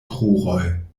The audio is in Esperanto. kruroj